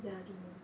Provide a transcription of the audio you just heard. then ii don't know